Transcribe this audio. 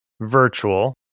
virtual